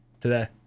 today